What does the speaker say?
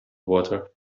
water